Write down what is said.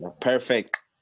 perfect